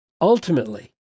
ultimately